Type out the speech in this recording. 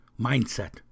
mindset